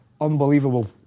unbelievable